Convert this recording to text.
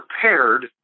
prepared